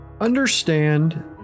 understand